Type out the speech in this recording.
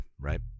right